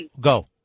go